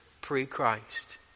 pre-Christ